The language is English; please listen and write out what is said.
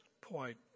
point